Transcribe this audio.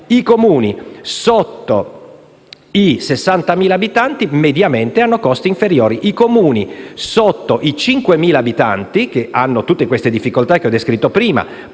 I Comuni sotto i 60.000 abitanti mediamente hanno costi inferiori. I Comuni sotto i 5.000 abitanti, che hanno tutte le difficoltà che ho descritto prima